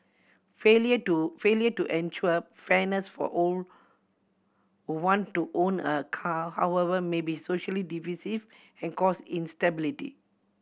failure to failure to ensure fairness for all want to own a car however may be socially divisive and cause instability